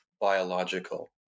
biological